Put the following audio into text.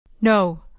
No